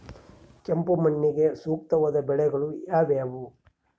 ಕೆಂಪು ಮಣ್ಣಿಗೆ ಸೂಕ್ತವಾದ ಬೆಳೆಗಳು ಯಾವುವು?